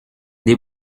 des